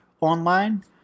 online